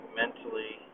mentally